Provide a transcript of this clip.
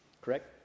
correct